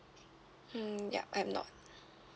hmm yup I'm not